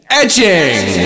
etching